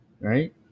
Right